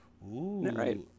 right